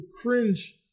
cringe